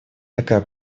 такая